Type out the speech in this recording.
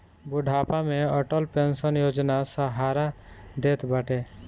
बुढ़ापा में अटल पेंशन योजना सहारा देत बाटे